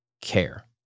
care